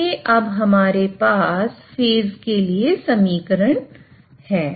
इसलिए अब हमारे पास फेज के लिए समीकरण है